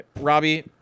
Robbie